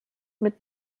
mit